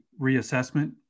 reassessment